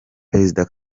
perezida